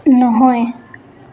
নহয়